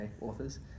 authors